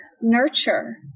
nurture